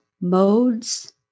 modes